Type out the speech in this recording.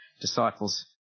disciples